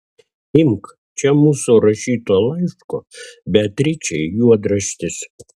imk čia mūsų rašyto laiško beatričei juodraštis